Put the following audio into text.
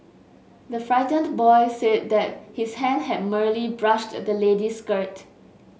the frightened boy said that his hand had merely brushed the lady's skirt